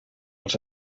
els